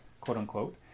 quote-unquote